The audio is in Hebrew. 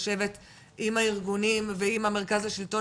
לשבת עם הארגונים ועם המרכז לשלטון